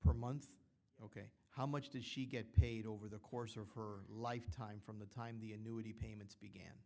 per month ok how much did she get paid over the course of her lifetime from the time the annuity payments